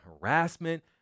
harassment